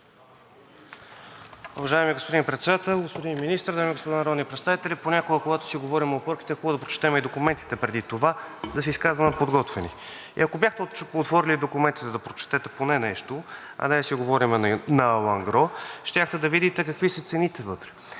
Уважаеми господин Председател, господин Министър, дами и господа народни представители! Понякога, когато си говорим опорките, е хубаво да прочетем и документите преди това – да се изказваме подготвени. И ако бяхте отворили документите, да прочетете поне нещо, а да не си говорим на алангро, щяхте да видите какви са цените вътре